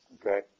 Okay